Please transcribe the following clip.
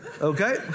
Okay